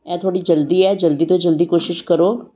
ਇਹ ਥੋੜ੍ਹੀ ਜਲਦੀ ਹੈ ਜਲਦੀ ਤੋਂ ਜਲਦੀ ਕੋਸ਼ਿਸ਼ ਕਰੋ